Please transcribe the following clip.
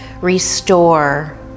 restore